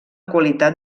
qualitat